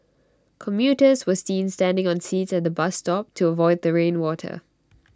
commuters were seen standing on seats at the bus stop to avoid the rain water